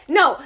no